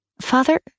Father